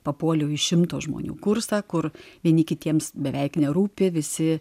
papuoliau į šimto žmonių kursą kur vieni kitiems beveik nerūpi visi